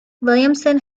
williamson